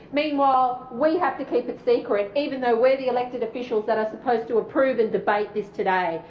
meanwhile we have to keep it secret, even though we're the elected officials that are supposed to approve and debate this today.